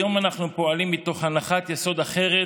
היום אנחנו פועלים מהנחת יסוד אחרת: